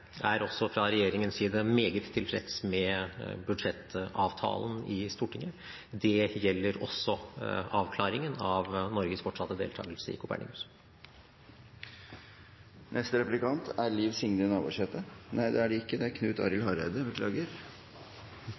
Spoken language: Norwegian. er også fra regjeringens side meget tilfreds med budsjettavtalen i Stortinget. Det gjelder også avklaringen av Norges fortsatte deltakelse i Copernicus. Kristeleg Folkeparti er òg eitt av dei partia som i vår primærpolitikk i europapolitikken seier eit tydeleg ja til EØS og eit nei